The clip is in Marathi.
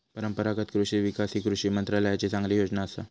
परंपरागत कृषि विकास ही कृषी मंत्रालयाची चांगली योजना असा